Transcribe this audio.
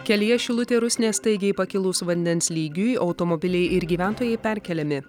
kelyje šilutė rusnė staigiai pakilus vandens lygiui automobiliai ir gyventojai perkeliami